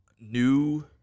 new